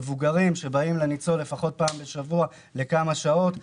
לניצול לפחות פעם בשבוע לכמה שעות.